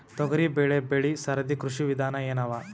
ತೊಗರಿಬೇಳೆ ಬೆಳಿ ಸರದಿ ಕೃಷಿ ವಿಧಾನ ಎನವ?